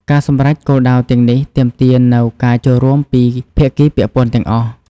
ការសម្រេចគោលដៅទាំងនេះទាមទារនូវការចូលរួមពីភាគីពាក់ព័ន្ធទាំងអស់។